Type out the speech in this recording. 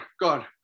God